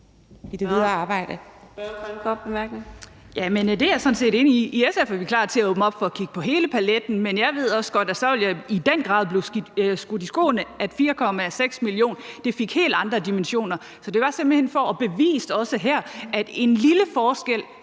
I SF er vi klar til at åbne op for at kigge på hele paletten, men jeg ved også godt, at så vil jeg i den grad blive skudt i skoene, at 4,6 mio. kr. fik helt andre dimensioner. Så det var simpelt hen for at bevise også her, at en lille forskel